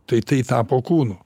tai tai tapo kūnu